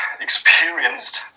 experienced